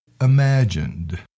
imagined